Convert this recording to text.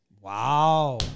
Wow